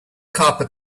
carpet